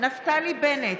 נפתלי בנט,